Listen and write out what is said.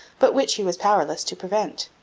but which he was powerless to prevent.